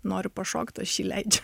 noriu pašokt aš jį leidžiu